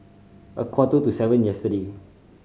a quarter to seven yesterday